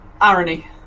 Irony